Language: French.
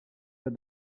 pas